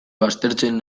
baztertzen